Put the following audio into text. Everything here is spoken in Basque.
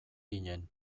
ginen